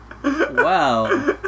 Wow